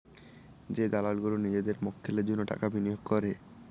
যে দালাল গুলো নিজেদের মক্কেলের জন্য টাকা বিনিয়োগ করে